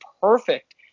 perfect